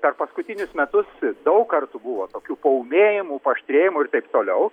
per paskutinus metus daug kartų buvo tokių paūmėjimų paaštrėjimų ir taip toliau